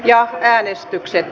jaa täyte yksi